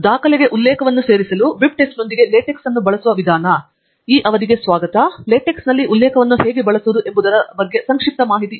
LaTeX ನಲ್ಲಿ ಉಲ್ಲೇಖವನ್ನು ಹೇಗೆ ಬಳಸುವುದು ಎಂಬುದರ ಬಗ್ಗೆ ಸಂಕ್ಷಿಪ್ತ ಡೆಮೊ